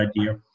idea